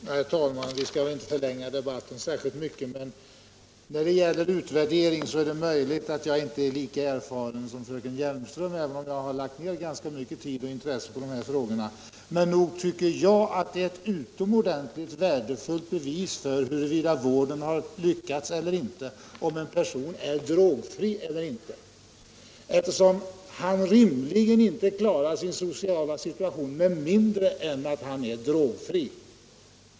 Herr talman! Jag skall inte förlänga denna debatt särskilt mycket. Vad beträffar utvärderingen är det möjligt att jag inte är lika erfaren som fröken Hjelmström, även om jag har lagt ner ganska mycket tid och stort intresse på dessa frågor. Men nog tycker jag det är ett utomordentligt värdefullt bevis på om vården har lyckats, om en person är drogfri eller inte, eftersom han rimligen inte klarar sin sociala situation med mindre än att han är drogfri.